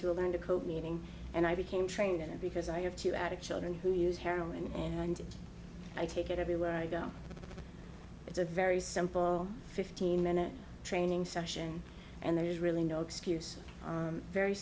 to learn to cope meeting and i became trained and because i have two adult children who use heroin and i take it everywhere i go it's a very simple fifteen minute training session and there is really no excuse very